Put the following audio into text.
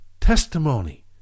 testimony